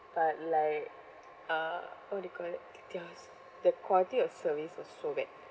but like uh what you call it chaos the quality of service was so bad